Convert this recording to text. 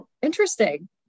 Interesting